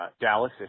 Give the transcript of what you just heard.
Dallas